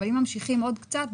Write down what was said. אבל אם ממשיכים עוד קצת,